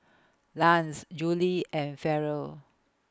Lance Juli and Farrell